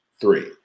three